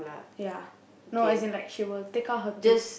ya no as in like she will get out her tube